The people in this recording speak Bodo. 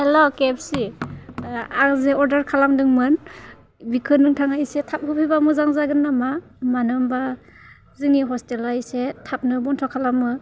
हेल' केएफसि आं जि अर्डार खालामदोंमोन बेखो नोंथाङा एसे थाब होफैबा मोजां जागोन नामा मानो होनबा जोंनि हस्टेला एसे थाबनो बन्द' खालामो